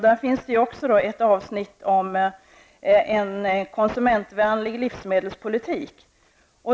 Där finns ett avsnitt som handlar om konsumentvänlig livsmedelspolitik.